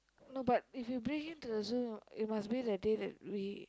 no but if you bring him to the zoo you must bring the day that we